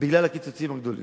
בגלל הקיצוצים הגדולים.